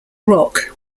rock